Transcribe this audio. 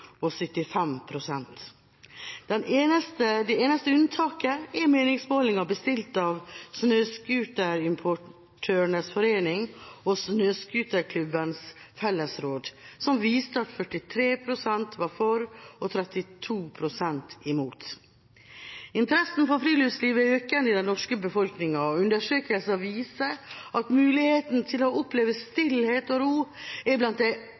og 75 pst. Det eneste unntaket er meningsmålinger bestilt av Snøscooterimportørenes Forening og Snøscooterklubbenes Fellesråd, som viste at 43 pst. var for og 32 pst. imot. Interessen for friluftslivet er økende i den norske befolkninga, og undersøkelser viser at muligheten til å oppleve stillhet og ro er blant de